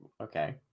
Okay